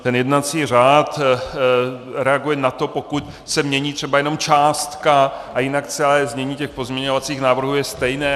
Ten jednací řád reaguje na to, pokud se mění třeba jenom částka a jinak celé znění těch pozměňovacích návrhů je stejné.